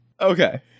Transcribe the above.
Okay